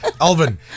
Alvin